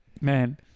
man